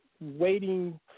waiting